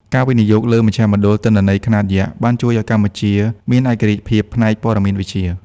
ការវិនិយោគលើមជ្ឈមណ្ឌលទិន្នន័យ ខ្នាតយក្ស បានជួយឱ្យកម្ពុជាមានឯករាជ្យភាពផ្នែកព័ត៌មានវិទ្យា។